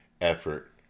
effort